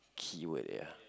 keyword ya